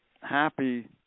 happy